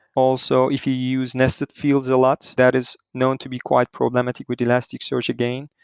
also, if you use nested fields a lot, that is known to be quite problematic with elasticsearch again.